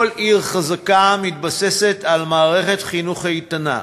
כל עיר חזקה מתבססת על מערכת חינוך איתנה,